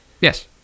Yes